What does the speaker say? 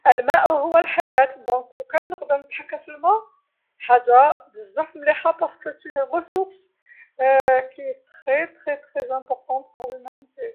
الماء هو الحياة، إذا لوكان نقدر نتحكم في الما حاجه بزاف مليحه على خاطرش هي مصدر لبزاف بزاف بزاف مهم للبشريه.